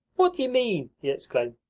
what do you mean? he exclaimed.